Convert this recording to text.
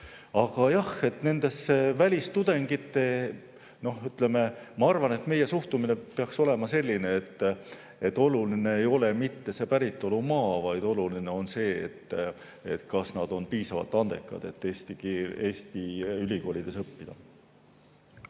Aga jah, nendesse välistudengitesse, ma arvan, meie suhtumine peaks olema selline, et oluline ei ole mitte päritolumaa, vaid oluline on see, kas nad on piisavalt andekad, et Eesti ülikoolides õppida.